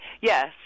Yes